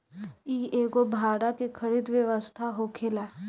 इ एगो भाड़ा के खरीद व्यवस्था होखेला